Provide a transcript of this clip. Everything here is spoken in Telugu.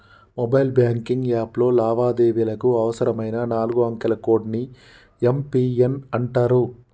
మొబైల్ బ్యాంకింగ్ యాప్లో లావాదేవీలకు అవసరమైన నాలుగు అంకెల కోడ్ ని యం.పి.ఎన్ అంటరు